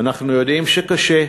אנחנו יודעים שקשה,